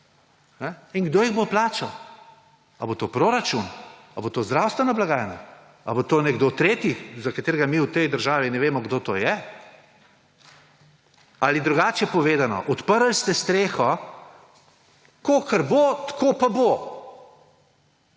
in kdo jih bo plačal; ali bo to proračun, ali bo to zdravstvena blagajna, ali bo to nekdo tretji, za katerega mi v tej državi ne vemo, kdo to je? Ali drugače povedano, odprli ste streho, kakor bo, tako pa bo.